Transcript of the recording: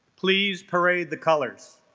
please parade the colors